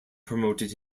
promoted